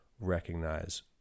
recognize